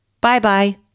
Bye-bye